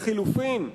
לחלופין,